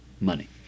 money